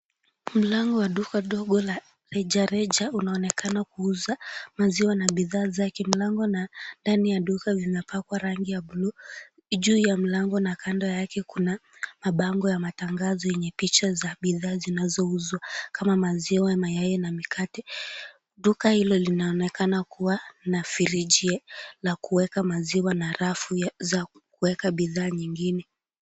Mlango wa duka dogo la rejareja unaonekana kuuza maziwa na bidhaa zake. Mlango na ndani ya duka vimepakwa rangi ya bluu, juu ya mlango na kando yake kuna mabango ya matangazo yenye picha za bidhaa zinazouzwa kama maziwa, mayai na mikate. Duka hilo linaonekana kuwa na friji la kuweka maziwa na rafu za kuweka bidhaa nyingine.